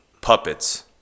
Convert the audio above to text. Puppets